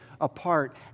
apart